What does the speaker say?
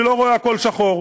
אני לא רואה הכול שחור,